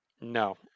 No